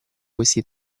questi